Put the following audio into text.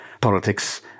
politics